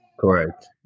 Correct